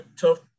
tough